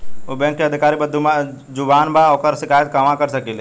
उ बैंक के अधिकारी बद्जुबान बा ओकर शिकायत कहवाँ कर सकी ले